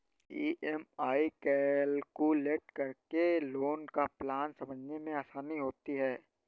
EMI calculate करके loan का plan समझने में आसानी होती है